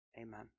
amen